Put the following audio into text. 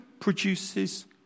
Produces